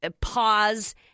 pause